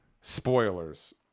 spoilers